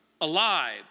alive